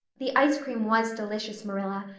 the ice cream was delicious, marilla,